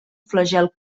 flagel